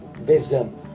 wisdom